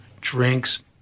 drinks